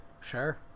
Sure